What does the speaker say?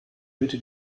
bitte